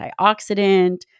antioxidant